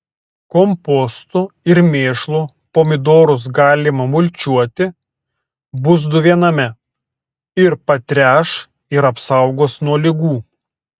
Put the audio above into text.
kompostu ir mėšlu pomidorus galima mulčiuoti bus du viename ir patręš ir apsaugos nuo ligų